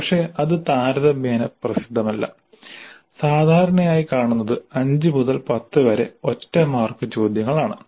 പക്ഷേ അത് താരതമ്യേന പ്രസിദ്ധമല്ല സാധാരണയായി കാണുന്നത് 5 മുതൽ 10 വരെ ഒറ്റ മാർക്ക് ചോദ്യങ്ങൾ ആണ്